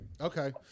Okay